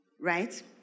right